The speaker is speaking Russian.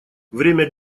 время